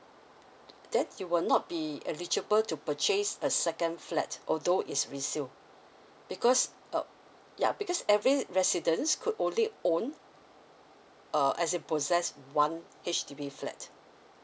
then you will not be eligible to purchase a second flat although it's resale because uh ya because every resident could only own uh as in possess one H_D_B flat